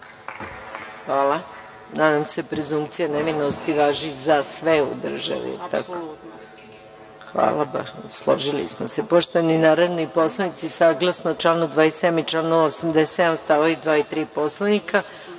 vam. Nadam se da prezunkcija nevinosti važi za sve u državi. Hvala vam, složili smo se. Poštovani narodni poslanici, saglasno 27. i članu 87. stavovi 2. i 3. Poslovnika,